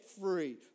free